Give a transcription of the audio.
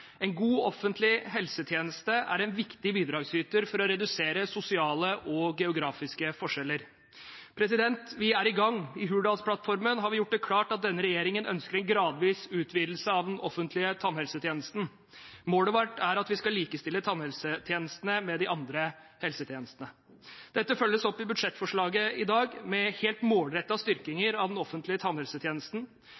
En god offentlig helsetjeneste er en viktig bidragsyter for å redusere sosiale og geografiske forskjeller. Vi er i gang. I Hurdalsplattformen har vi gjort det klart at denne regjeringen ønsker en gradvis utvidelse av den offentlige tannhelsetjenesten. Målet vårt er at vi skal likestille tannhelsetjenesten med de andre helsetjenestene. Dette følges opp i budsjettforslaget i dag med helt